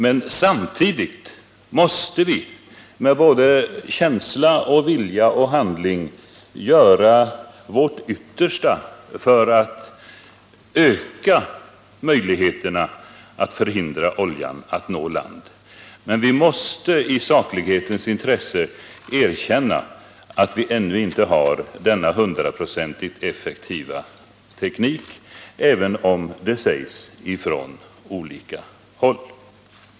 Vi måste givetvis med både känsla, vilja och handling göra vårt yttersta för att öka möjligheterna att förhindra oljan att nå land, men vi måste i saklighetens intresse erkänna att vi ännu inte har någon hundraprocentigt effektiv tekriik, även om man från olika håll vill påstå motsatsen.